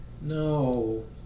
No